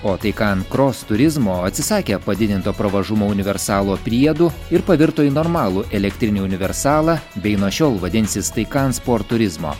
o taikan kros turizmo atsisakė padidinto pravažumo universalo priedų ir pavirto į normalų elektrinį universalą bei nuo šiol vadinsis taikan sport turizmo